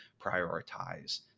prioritize